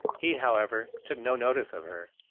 he, however, took no notice of her.